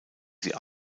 sie